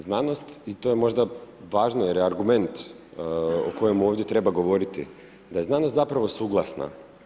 Znanost i to je možda važno jer je argument o kojemu ovdje treba govoriti, da je znanost zapravo suglasna.